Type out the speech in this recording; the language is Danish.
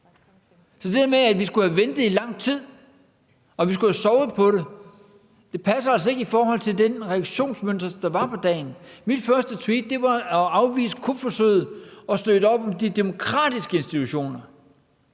Så det der med, at vi skulle have ventet i lang tid, og at vi skulle have sovet på det, passer altså ikke i forhold til det reaktionsmønster, der var på dagen. Mit første tweet gik ud på at afvise kupforsøget og støtte op om de demokratiske institutioner,